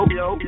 yo